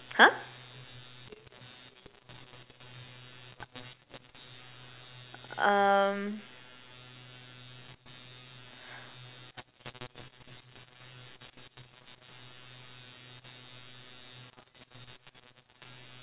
!huh! um